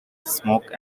smoke